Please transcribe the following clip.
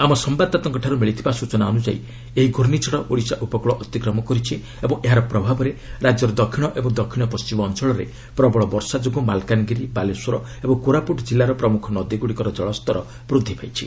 ଆମ ସମ୍ଘାଦତାତାଙ୍କଠାରୁ ମିଳିଥିବା ସୂଚନା ଅନୁଯାୟୀ ଏହି ପ୍ରର୍ଷିଝଡ଼ ଓଡ଼ିଶା ଉପକୃଳ ଅତିକ୍ରମ କରିଛି ଏବଂ ଏହାର ପ୍ରଭାବରେ ରାଜ୍ୟର ଦକ୍ଷିଣ ଏବଂ ଦକ୍ଷିଣ ପଣ୍ଢିମ ଅଞ୍ଚଳରେ ପ୍ରବଳ ବର୍ଷା ଯୋଗୁଁ ମାଲକାନଗିରି ବାଲେଶ୍ୱର ଏବଂ କୋରାପୁଟ୍ ଜିଲ୍ଲାର ପ୍ରମୁଖ ନଦୀଗୁଡ଼ିକର କଳସ୍ତର ବୃଦ୍ଧି ପାଇଛି